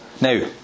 Now